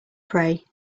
pray